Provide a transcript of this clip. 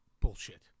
Bullshit